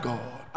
God